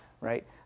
Right